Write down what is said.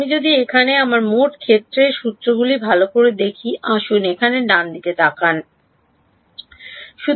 আমি যদি এখানে আমার মোট ক্ষেত্রের সূত্রটি ভাল করে দেখি তবে আসুন এখানে ডানদিকে তাকান ঠিক আছে